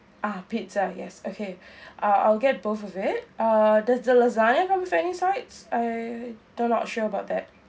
ah pizza yes okay uh I'll get both of it uh the lasagne come with any sides I do not sure about that